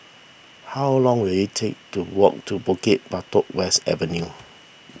how long will it take to walk to Bukit Batok West Avenue